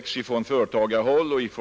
Onsdagen den